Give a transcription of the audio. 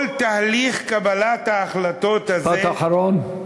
כל תהליך קבלת ההחלטות הזה, משפט אחרון.